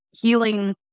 healing